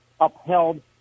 upheld